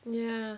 ya